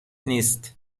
نیست